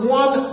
one